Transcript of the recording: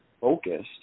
focused